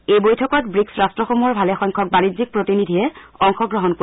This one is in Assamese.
এই বৈঠকত ব্ৰিক্চ ৰট্টসমূহৰ ভালেসংখ্যক বাণিজ্যিক প্ৰতিনিধিয়ে অংশগ্ৰহণ কৰিব